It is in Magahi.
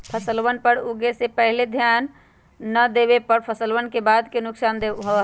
फसलवन पर उगे से पहले ध्यान ना देवे पर फसलवन के बाद के नुकसान होबा हई